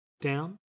down